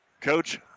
Coach